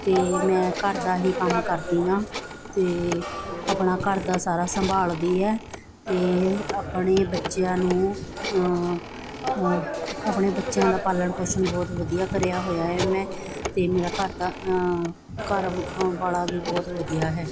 ਅਤੇ ਮੈਂ ਘਰ ਦਾ ਹੀ ਕੰਮ ਕਰਦੀ ਹਾਂ ਅਤੇ ਆਪਣਾ ਘਰ ਦਾ ਸਾਰਾ ਸੰਭਾਲਦੀ ਹਾਂ ਅਤੇ ਆਪਣੇ ਬੱਚਿਆਂ ਨੂੰ ਆਪਣੇ ਬੱਚਿਆਂ ਦਾ ਪਾਲਣ ਪੋਸ਼ਣ ਬਹੁਤ ਵਧੀਆ ਕਰਿਆ ਹੋਇਆ ਹੈ ਮੈਂ ਅਤੇ ਮੇਰਾ ਘਰਦਾ ਘਰ ਵਾਲਾ ਵੀ ਬਹੁਤ ਵਧੀਆ ਹੈ